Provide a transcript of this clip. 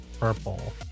purple